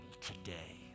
today